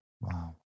Wow